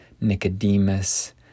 Nicodemus